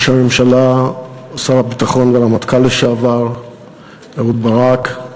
ראש הממשלה, שר הביטחון והרמטכ"ל לשעבר אהוד ברק,